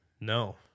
No